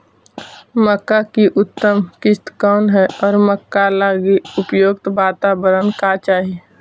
मक्का की उतम किस्म कौन है और मक्का लागि उपयुक्त बाताबरण का चाही?